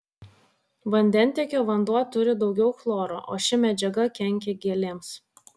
vandentiekio vanduo turi daugiau chloro o ši medžiaga kenkia gėlėms